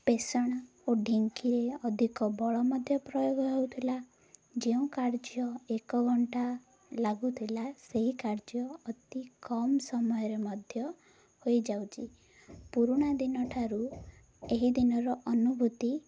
ପେଷଣା ଓ ଢିଙ୍କିରେ ଅଧିକ ବଳ ମଧ୍ୟ ପ୍ରୟୋଗ ହେଉଥିଲା ଯେଉଁ କାର୍ଯ୍ୟ ଏକ ଘଣ୍ଟା ଲାଗୁଥିଲା ସେହି କାର୍ଯ୍ୟ ଅତି କମ ସମୟରେ ମଧ୍ୟ ହୋଇଯାଉଛି ପୁରୁଣା ଦିନ ଠାରୁ ଏହି ଦିନର ଅନୁଭୂତି